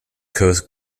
coast